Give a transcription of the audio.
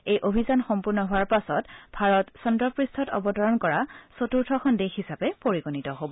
এই অভিযান সম্পূৰ্ণ হোৱাৰ পাছত ভাৰত চন্দ্ৰপূষ্ঠত অৱতৰণ কৰা চতুৰ্থখন দেশ হিচাপে পৰিগণিত হ'ব